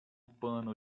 pano